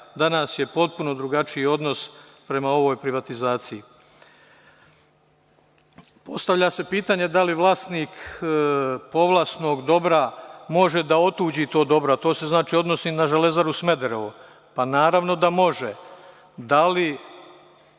danas je potpuno drugačiji odnos prema ovoj privatizaciji. Postavlja se pitanje - da li vlasnik povlasnog dobra može da otuđi ta dobro? To se znači odnosi na „Železaru Smederevo“, pa naravno da može. Da li